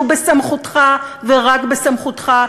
שהוא בסמכותך ורק בסמכותך,